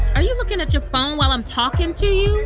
are you looking at your phone while i'm talking to you?